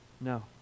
No